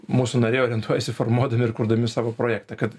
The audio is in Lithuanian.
mūsų nariai orientuojasi formuodami ir kurdami savo projektą kad